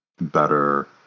better